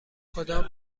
کدام